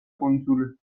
კუნძული